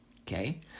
Okay